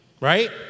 right